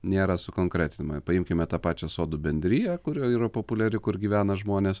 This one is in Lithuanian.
nėra sukonkretinama paimkime tą pačią sodų bendriją kuri yra populiari kur gyvena žmonės